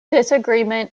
disagreement